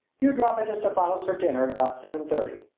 you drop into stephano's for dinner at about seven-thirty.